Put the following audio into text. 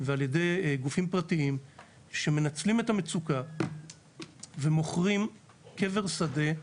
ועל ידי גופים פרטיים שמנצלים את המצוקה ומוכרים קבר שדה.